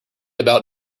about